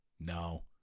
No